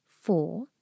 four